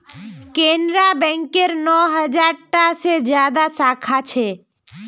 केनरा बैकेर नौ हज़ार टा से ज्यादा साखा छे